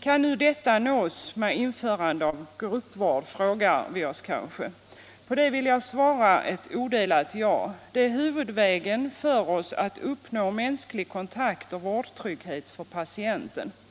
Kan nu något av detta nås genom införande av gruppvård, frågar man sig kanske. På det vill jag svara ett odelat ja. Det är huvudvägen för oss att uppnå en mänsklig kontakt och vårdtrygghet för patienten.